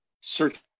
search